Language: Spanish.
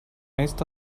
esta